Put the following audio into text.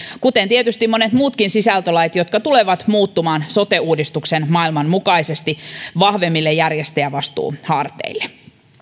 kuten tietysti monet muutkin sisältölait jotka tulevat muuttumaan sote uudistuksen maailman mukaisesti vahvemmille järjestäjävastuuharteille